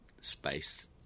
space